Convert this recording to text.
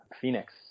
Phoenix